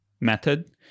method